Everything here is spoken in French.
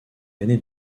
année